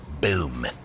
Boom